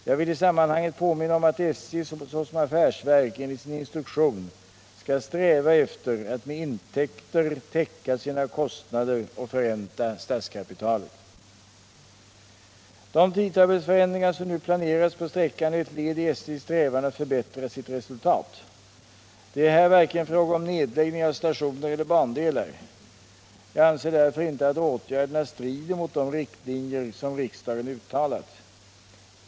Jag vill i sammanhanget påminna om att SJ såsom affärsverk enligt sin instruktion skall sträva efter att med intäkter täcka sina kostnader och förränta statskapitalet. De tidtabellsförändringar som nu planeras på sträckan är ett led i SJ:s strävan att förbättra sitt resultat. Det är här varken fråga om nedläggning av stationer eller bandelar. Jag anser därför inte att åtgärderna strider mot de riktlinjer som riksdagen uttalat.